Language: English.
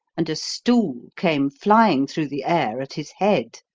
and a stool came flying through the air at his head.